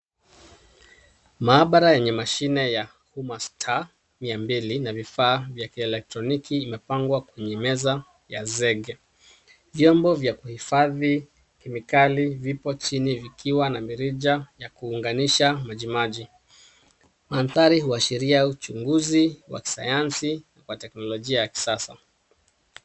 Maabara yenye mashine ya Humastar mia mbili na vifaa vya kielektroniki imepangwa kwenye meza ya zege. Vyombo vya kuhifadhi kemikali vipo chini vikiwa na mirija ya kuunganisha majimaji. Mandhari huashiria uchunguzi wa kisayansi na wa teknolojia ya kisasa.